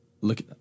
Look